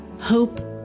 hope